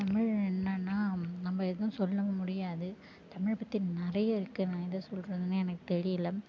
தமிழ் என்னன்னால் நம்ம எதும் சொல்லவும் முடியாது தமிழ் பற்றி நிறைய இருக்குது நான் எதை சொல்கிறதுனே எனக்கு தெரியல